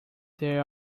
they